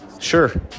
Sure